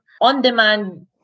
on-demand